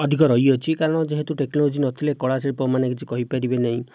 ଅଧିକ ରହିଅଛି କାରଣ ଯେହେତୁ ଟେକ୍ନୋଲୋଜି ନଥିଲେ କଳା ଶିଳ୍ପମାନେ କିଛି କହିପାରିବେ ନାହିଁ